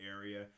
area